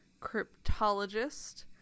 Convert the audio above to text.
cryptologist